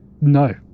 No